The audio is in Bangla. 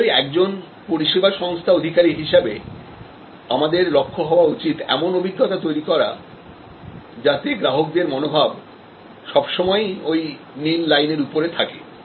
অবশ্যই একজন পরিষেবা সংস্থা অধিকারী হিসাবে আমাদের লক্ষ্য হওয়া উচিত এমন অভিজ্ঞতা তৈরি করা যাতেগ্রাহকদের মনোভাব সবসময়ই ওই নীল লাইনের উপরে থাকে